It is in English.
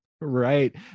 Right